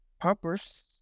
purpose